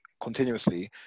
continuously